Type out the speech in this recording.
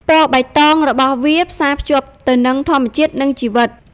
ពណ៌បៃតងរបស់វាផ្សារភ្ជាប់ទៅនឹងធម្មជាតិ និងជីវិត។